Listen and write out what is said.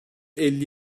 elli